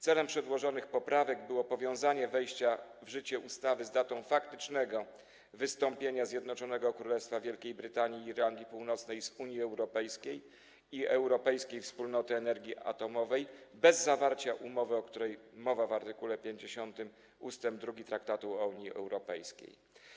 Celem przedłożonych poprawek było powiązanie wejścia w życie ustawy z datą faktycznego wystąpienia Zjednoczonego Królestwa Wielkiej Brytanii i Irlandii Północnej z Unii Europejskiej i Europejskiej Wspólnoty Energii Atomowej bez zawarcia umowy, o której mowa w art. 50 ust. 2 traktatu o Unii Europejskiej.